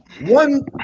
one